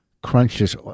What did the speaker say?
crunches